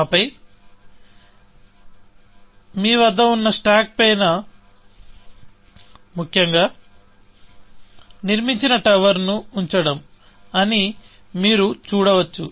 ఆపై మీ వద్ద ఉన్న స్టాక్ పైన ముఖ్యంగా నిర్మించిన టవర్ ఉంచడం అని మీరు చూడవచ్చు